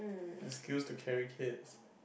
and skills to carry kids